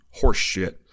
horseshit